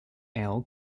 ale